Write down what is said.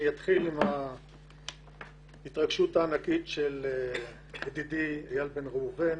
אני אתחיל בהתרגשות הענקית של ידידי אייל בן ראובן,